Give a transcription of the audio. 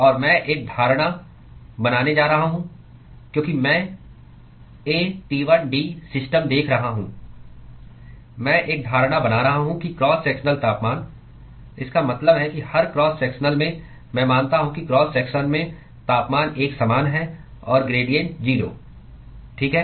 और मैं एक धारणा बनाने जा रहा हूँ क्योंकि मैं aT1D सिस्टम देख रहा हूं मैं एक धारणा बना रहा हूं कि क्रॉस सेक्शनल तापमान इसका मतलब है कि हर क्रॉस सेक्शन में मैं मानता हूं कि क्रॉस सेक्शन में तापमान एक समान है और ग्रेडिएंट 0ठीक है